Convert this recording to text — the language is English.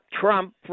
Trump